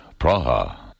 Praha